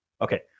Okay